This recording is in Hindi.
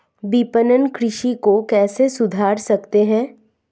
विपणन कृषि को कैसे सुधार सकते हैं?